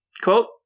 Quote